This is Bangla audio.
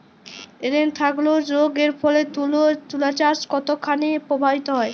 এ্যানথ্রাকনোজ রোগ এর ফলে তুলাচাষ কতখানি প্রভাবিত হয়?